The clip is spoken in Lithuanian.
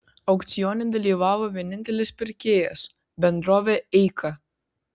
aukcione dalyvavo vienintelis pirkėjas bendrovė eika